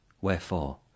Wherefore